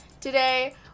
Today